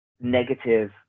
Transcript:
negative